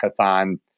hackathon